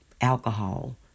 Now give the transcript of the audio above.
alcohol